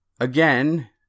again